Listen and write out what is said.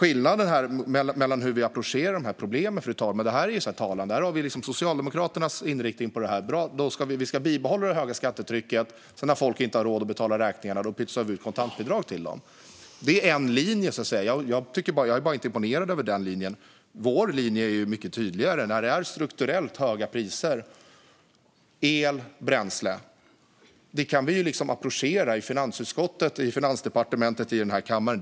Skillnaden när det gäller hur vi approcherar problem är talande. Socialdemokraternas inriktning är att vi ska bibehålla det höga skattetrycket, och när folk inte har råd att betala räkningarna pytsar vi ut kontantbidrag till dem. Det är en linje. Jag är bara inte särskilt imponerad av den. Vår linje är mycket tydligare. När det är strukturellt höga priser på el och bränsle kan vi approchera det i finansutskottet, på Finansdepartementet och i den här kammaren.